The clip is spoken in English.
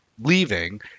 leaving